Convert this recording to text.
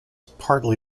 partly